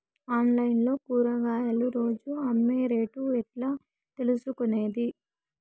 Online లో కూరగాయలు రోజు అమ్మే రేటు ఎట్లా తెలుసుకొనేది?